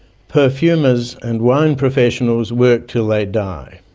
perfumers and wine professionals work till they die.